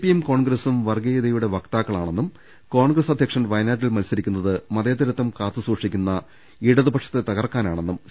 പിയും കോൺഗ്രസും വർഗീയതയുടെ വക്താക്കളാണെന്നും കോൺഗ്രസ് അധ്യക്ഷൻ വയനാട്ടിൽ മത്സരിക്കുന്നത് മതേതരത്വം കാത്തു സൂക്ഷിക്കുന്ന ഇടതുപക്ഷത്തെ തകർക്കാനാണെന്നും സി